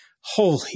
Holy